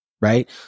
right